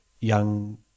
young